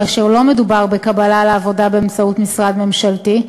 כאשר לא מדובר בקבלה לעבודה באמצעות משרד ממשלתי,